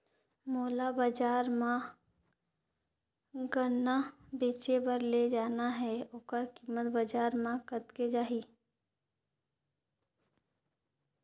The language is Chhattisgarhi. मोला बजार मां गन्ना बेचे बार ले जाना हे ओकर कीमत बजार मां कतेक जाही?